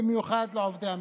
ובמיוחד לעובדי המדינה.